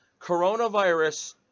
coronavirus